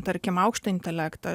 tarkim aukštą intelektą